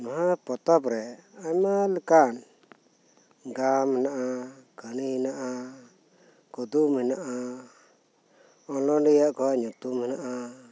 ᱚᱱᱟ ᱯᱚᱛᱚᱵᱽ ᱨᱮ ᱟᱭᱢᱟ ᱞᱮᱠᱟᱱ ᱜᱟᱢ ᱢᱮᱱᱟᱜᱼᱟ ᱠᱟᱦᱱᱤ ᱦᱮᱱᱟᱜᱼᱟ ᱠᱩᱫᱩᱢ ᱦᱮᱱᱟᱜᱼᱟ ᱚᱱᱚᱞᱤᱭᱟᱹ ᱠᱚᱣᱟᱜ ᱧᱩᱛᱢ ᱦᱮᱱᱟᱜᱼᱟ